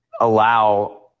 allow